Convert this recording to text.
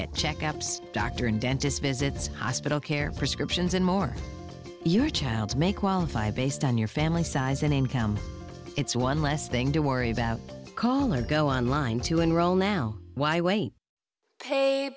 get check ups doctor and dentist visits hospital care prescriptions and more your child's may qualify based on your family size an encounter it's one less thing to worry about call or go online to enroll now why wait